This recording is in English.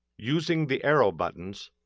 using the arrow buttons,